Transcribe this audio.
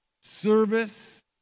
service